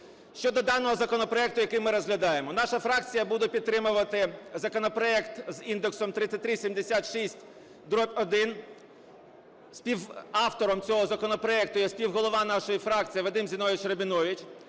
Щодо даного законопроекту, який ми розглядаємо. Наша фракція буде підтримувати законопроект з індексом 3376-1. Співавтором цього законопроекту є співголова нашої фракції Вадим Зіновійович Рабінович.